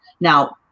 now